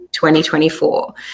2024